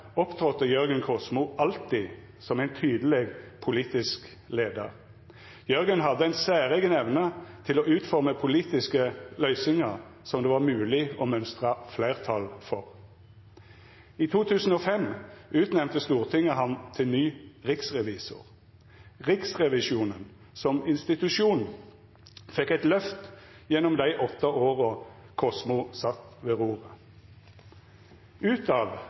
opptrådte Jørgen Kosmo alltid som en tydelig politisk leder. Jørgen hadde en særegen evne til å utforme politiske løsninger som det var mulig å mønstre flertall for. I 2005 utnevnte Stortinget ham til ny riksrevisor. Riksrevisjonen som institusjon fikk et løft gjennom de åtte årene Kosmo satt ved roret. Utad var han tydelig i sin formidling av